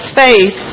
faith